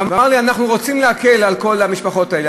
והוא אמר לי: אנחנו רוצים להקל על כל המשפחות האלה.